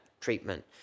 treatment